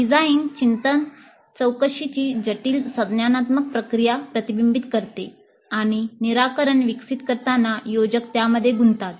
design चिंतन चौकशीची जटिल संज्ञानात्मक प्रक्रिया प्रतिबिंबित करते आणि निराकरण विकसित करताना योजक त्यामध्ये गुंततात